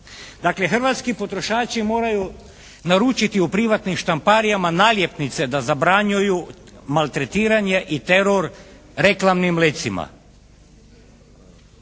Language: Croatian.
Dakle, hrvatski potrošači moraju naručiti u privatnim štamparijama naljepnice da zabranjuju maltretiranje i teror reklamnim letcima.